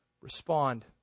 Respond